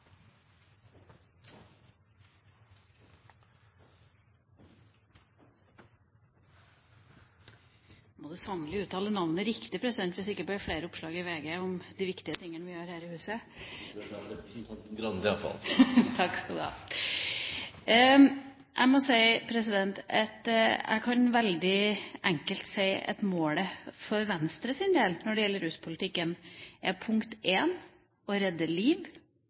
må du sannelig uttale navnet riktig, president. Hvis ikke blir det flere oppslag i VG om de viktige tingene vi gjør her i huset! Jeg tror jeg sa representanten Grande iallfall. Takk! Jeg kan veldig enkelt si at målet for Venstres del når det gjelder ruspolitikken, er å redde liv å gi folk et verdig liv